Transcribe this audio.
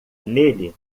nele